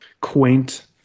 quaint